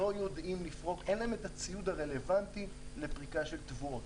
אין להם את הציוד הרלוונטי לפריקה של תבואות.